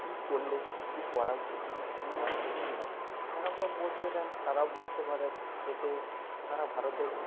কী করলে কী করা উচিত এবং কী করা উচিত নয় ম্যাডামরাও বুঝিয়ে দেন তারাও বুঝতে পারেন এতে সারা ভারতের